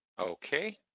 Okay